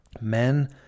Men